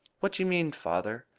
what do you mean, father?